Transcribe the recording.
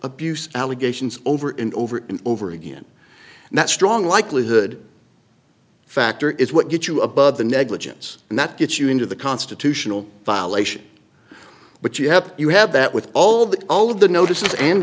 abuse allegations over and over and over again and that strong likelihood factor is what get you above the negligence and that gets you into the constitutional violation but you have you have that with all that all of the notices and